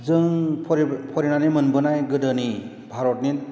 जों फराय फरायनानै मोनबोनाय गोदोनि भारतनि